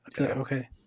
Okay